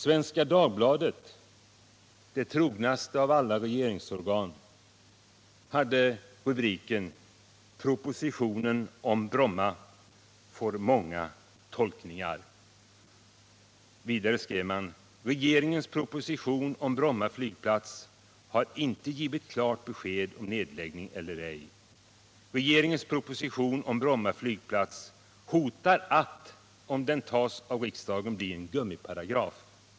Svenska Dagbladet, det trognaste av alla regeringsorgan, hade rubriken ”Propositionen om Bromma får många tolkningar”. Vidare skrev man att regeringens proposition om Bromma flygplats inte har givit klart besked om nedläggning eller ej och att regeringens proposition om Bromma flygplats hotar — om den tas av riksdagen — att bli en gummiparagraf.